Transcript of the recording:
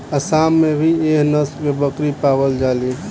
आसाम में भी एह नस्ल के बकरी पावल जाली